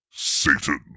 satan